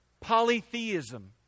Polytheism